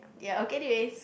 there're okay days